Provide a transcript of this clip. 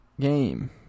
game